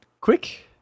quick